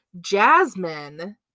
Jasmine